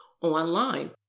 online